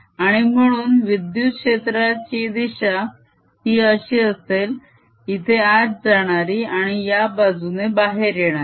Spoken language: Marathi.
आणि म्हणून विद्युत क्षेत्राची दिशा ही अशी असेल इथे आत जाणारी आणि या बाजूने बाहेर येणारी